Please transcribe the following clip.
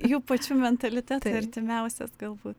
jų pačių mentalitetui artimiausias galbūt